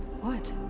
what?